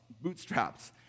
bootstraps